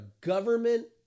government